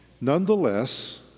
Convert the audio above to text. nonetheless